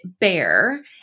bear